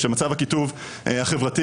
שמצב הקיטוב החברתי,